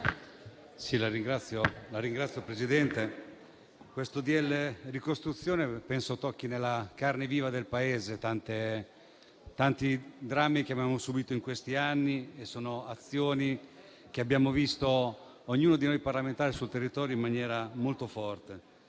"ricostruzione" al nostro esame penso tocchi nella carne viva del Paese i tanti drammi che abbiamo subito in questi anni e sono azioni che abbiamo visto, ognuno di noi parlamentari, sul territorio in maniera molto forte.